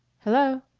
hello.